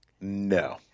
No